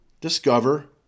discover